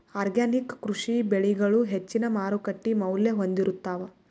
organic ಕೃಷಿ ಬೆಳಿಗಳು ಹೆಚ್ಚಿನ್ ಮಾರುಕಟ್ಟಿ ಮೌಲ್ಯ ಹೊಂದಿರುತ್ತಾವ